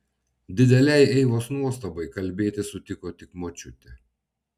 didelei eivos nuostabai kalbėti sutiko tik močiutė